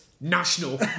national